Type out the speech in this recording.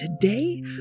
today